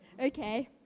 okay